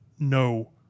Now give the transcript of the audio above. no